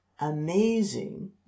amazing